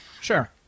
Sure